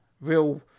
real